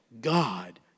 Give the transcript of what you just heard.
God